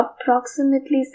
Approximately